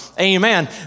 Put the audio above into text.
Amen